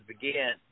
begin